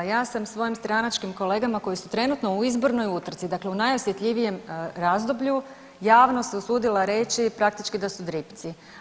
Ja sam svojim stranačkim kolegama koje su trenutno u izbornoj utrci, dakle u najosjetljivijem razdoblju javno se usudila reći praktički da su dripci.